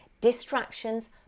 distractions